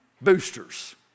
boosters